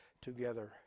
together